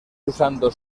usando